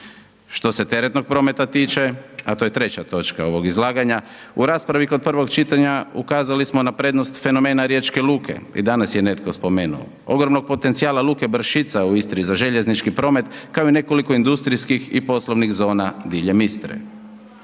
Što se teretnog prometa tiče, a to je treća točka ovog izlaganja, u raspravi kod prvog čitanja ukazali smo na prednost fenomena Riječke luke i danas je netko spomenuo, ogromnog potencijala luke Brašica u Istri za željeznički promet kao i nekoliko industrijskih i poslovnih zona diljem Istre.